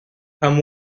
come